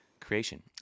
creation